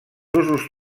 usos